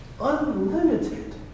unlimited